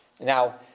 Now